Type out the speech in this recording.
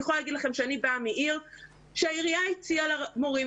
אני יכולה להגיד לכם שאני באה מעיר שהעירייה הציעה למורים,